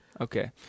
okay